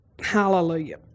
Hallelujah